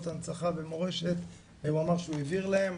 הנצחה ומורשת והוא אמר שהוא העביר להם,